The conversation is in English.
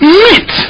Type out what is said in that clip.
meet